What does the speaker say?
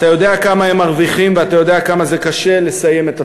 אתה יודע כמה הם מרוויחים ואתה יודע כמה קשה לסיים את התואר.